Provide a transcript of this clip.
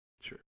Sure